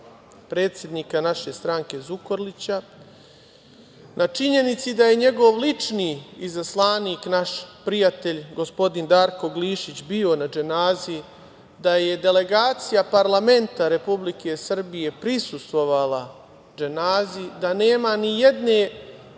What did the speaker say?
predsednika naše stranke Zukorlića, na činjenici da je njegov lični izaslanik, naš prijatelj, gospodin Darko Glišić bio na dženazi, da je delegacija parlamenta Republike Srbije prisustvovala dženazi, da nema ni jedne